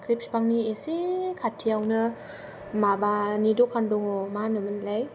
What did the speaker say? फाख्रि बिफांनि माबानि दखान दङ' मा होनोमोनलाय